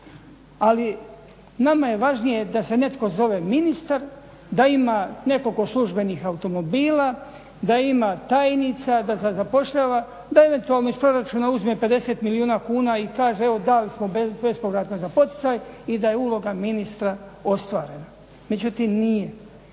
Ali nama je važnije da se netko zove ministar da ima nekoliko službenih automobila, da ima tajnica, da zapošljava, da eventualno iz proračuna uzme 50 milijuna kuna i kaže evo dali smo bespovratno za poticaj i da je uloga ministra ostvarena, međutim nije.